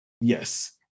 Yes